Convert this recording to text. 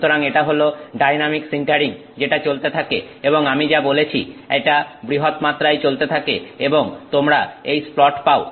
সুতরাং এটা হল ডাইনামিক সিন্টারিং যেটা চলতে থাকে এবং আমি যা বলেছি এটা বৃহৎ মাত্রায় চলতে থাকে এবং তোমরা এই স্প্লট পাও